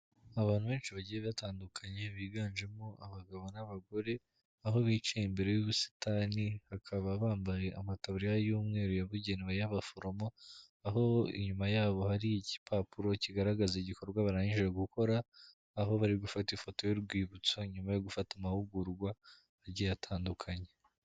Abantu benshi bagiye batandukanye biganjemo abagabo n'abagore, aho bicaye imbere y'ubusitani, bakaba bambaye amatabuya y'umweru yabugenewe y'abaforomo, aho inyuma yabo hari igipapuro kigaragaza igikorwa barangije gukora, aho bari gufata ifoto y'urwibutso, nyuma yo gufata amahugurwa agiye atandukanye.